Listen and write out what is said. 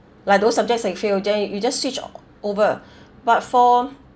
like those subjects that you fail then you just switch o~ over but for